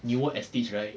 newer estates right